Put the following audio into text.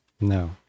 No